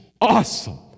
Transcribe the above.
awesome